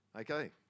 okay